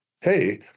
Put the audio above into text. hey